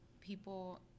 people